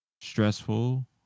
stressful